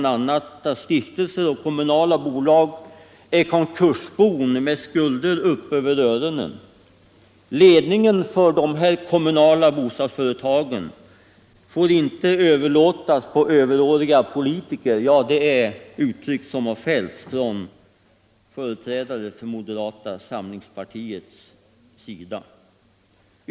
Det har från företrädare för moderata samlingspartiet bl.a. framhållits att stiftelser och kommunala bolag skulle vara konkursbon med skulder upp över öronen och vidare att ledningen för de kommunala bostadsföretagen inte får överlåtas på överåriga politiker.